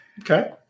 Okay